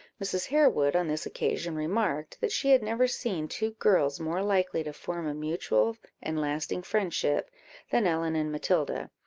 mrs. harewood on this occasion remarked, that she had never seen two girls more likely to form a mutual and lasting friendship than ellen and matilda,